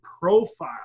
profile